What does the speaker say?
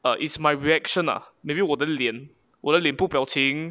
err it's my reaction lah maybe 我的脸我的脸部表情